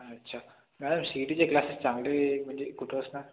अच्छा madam C E टीचे classes चांगले म्हणजे कुठे असणार